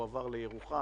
הוא עבר לירוחם